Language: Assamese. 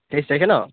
তেইছ তাৰিখে ন